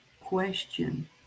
question